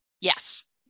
Yes